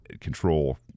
control